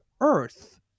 earth